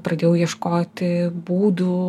pradėjau ieškoti būdų